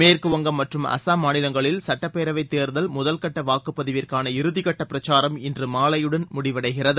மேற்கு வங்கம் மற்றும் அசாம் மாநிலங்களில் சட்டப்பேரவை தேர்தல் முதல்கட்ட வாக்குப் பதிவிற்கான இறுதி கட்ட பிரச்சாரம் இன்று மாலையுடன் முடிவடைகிறது